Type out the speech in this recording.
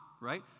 Right